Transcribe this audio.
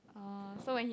orh so when he